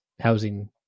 housing